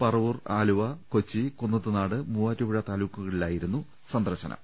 Paravur Aluva Kochi Kunnathunad Muvattupuzha താലൂക്കുകളിലായിരുന്നു സന്ദർശനം